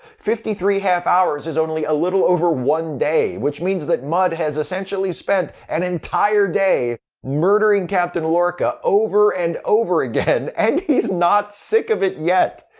fifty-three half-hours is only a little over one day, which means that mudd has essentially spent an entire day murdering captain lorca over and over again and he's not sick of it yet!